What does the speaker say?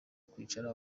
kwicara